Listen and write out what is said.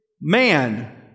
man